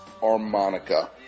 harmonica